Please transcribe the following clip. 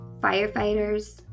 firefighters